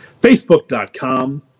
Facebook.com